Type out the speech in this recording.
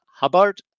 Hubbard